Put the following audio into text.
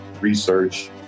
research